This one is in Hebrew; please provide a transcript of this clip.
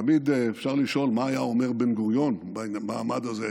תמיד אפשר לשאול מה היה אומר בן-גוריון במעמד הזה.